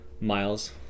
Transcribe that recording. Miles